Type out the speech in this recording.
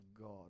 God